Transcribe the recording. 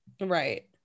Right